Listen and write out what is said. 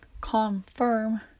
confirm